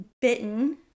bitten